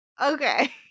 Okay